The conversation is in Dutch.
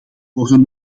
worden